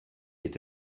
est